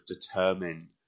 determine